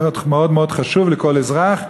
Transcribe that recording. זה מאוד מאוד חשוב לכל אזרח,